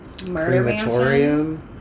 crematorium